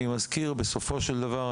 אני מזכיר: בסופו של דבר,